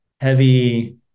heavy